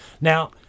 Now